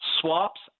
swaps